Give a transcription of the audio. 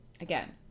again